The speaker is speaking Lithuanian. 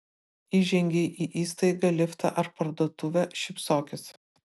įžengei į įstaigą liftą ar parduotuvę šypsokis